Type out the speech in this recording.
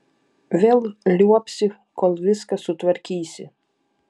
vėl liuobsi kol viską sutvarkysi